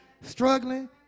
struggling